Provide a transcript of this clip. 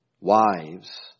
wives